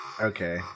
Okay